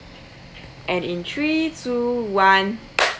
and in three two one